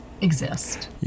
exist